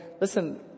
listen